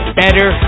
better